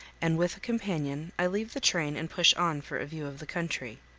and with a companion i leave the train and push on for a view of the country.